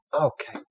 Okay